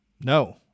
No